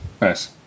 nice